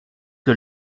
que